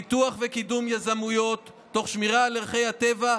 פיתוח וקידום יזמויות תוך שמירה על ערכי הטבע,